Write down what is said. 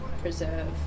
preserve